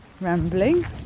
rambling